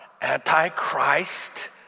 anti-Christ